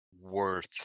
worth